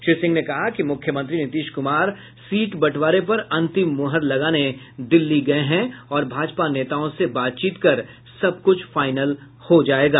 श्री सिंह ने कहा कि मुख्यमंत्री नीतीश कुमार सीट बंटवारे पर अंतिम मुहर लगाने दिल्ली गये हैं और भाजपा नेताओं से बातचीत कर सबकुछ फाईनल हो जायेगा